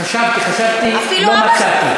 חשבתי, חשבתי, לא מצאתי.